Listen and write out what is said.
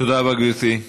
תודה רבה, גברתי.